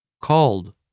Called